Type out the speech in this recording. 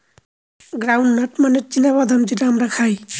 ground nut মানে হচ্ছে চীনা বাদাম যেটা আমরা খাই